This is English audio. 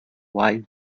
wii